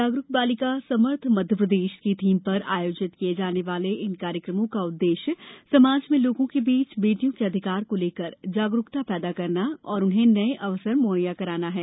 जागरूक बालिका समर्थ मध्यप्रदेश की थीम पर आयोजित किये जाने वाले इन कार्यक्रमों का उद्देश्य समाज में लोगों के बीच बेटियों के अधिकार को लेकर जागरुकता पैदा करना और उन्हें नए अवसर मुहैया कराना है